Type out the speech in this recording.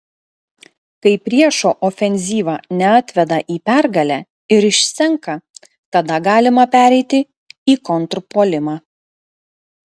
kai priešo ofenzyva neatveda į pergalę ir išsenka tada galima pereiti į kontrpuolimą